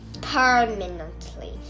permanently